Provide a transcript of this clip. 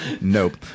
nope